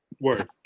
Word